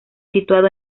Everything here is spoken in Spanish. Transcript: situado